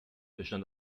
bestand